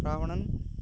Ravanan